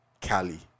Cali